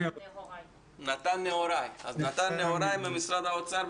נהוראי ממשרד האוצר.